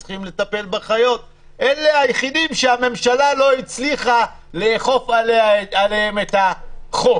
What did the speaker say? אלה היחידים שהממשלה לא הצליחה לאכוף עליהם את החוק.